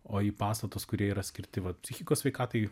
o į pastatus kurie yra skirti va psichikos sveikatai